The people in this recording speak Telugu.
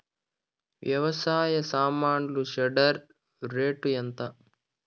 వ్యవసాయ సామాన్లు షెడ్డర్ రేటు ఎంత?